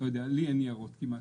אני לא יודע, לי אין ניירות כמעט.